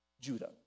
Judah